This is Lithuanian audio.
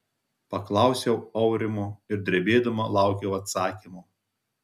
paklausiau aurimo ir drebėdama laukiau atsakymo